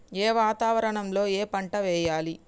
ఏ వాతావరణం లో ఏ పంట వెయ్యాలి?